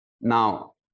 Now